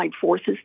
forces